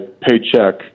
paycheck